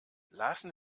lassen